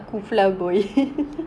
then people will like